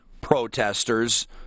protesters